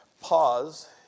pause